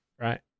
Right